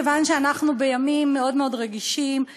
מכיוון שאנחנו בימים מאוד מאוד רגישים,